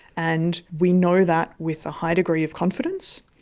and we know that with a high degree of confidence.